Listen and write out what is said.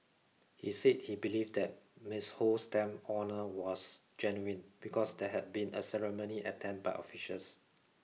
he said he believed that Miss Ho's stamp honour lost genuine because there had been a ceremony attend by officials